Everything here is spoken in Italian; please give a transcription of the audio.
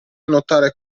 notare